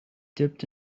dipped